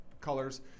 colors